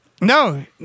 No